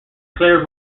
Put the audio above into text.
clare